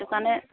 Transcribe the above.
সেইটো কাৰণে